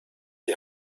die